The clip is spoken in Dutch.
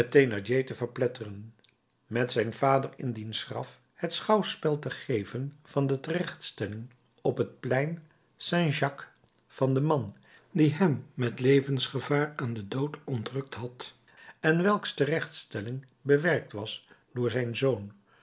verpletteren met zijn vader in diens graf het schouwspel te geven van de terechtstelling op het plein st jacques van den man die hem met levensgevaar aan den dood ontrukt had en welks terechtstelling bewerkt was door zijn zoon